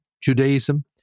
Judaism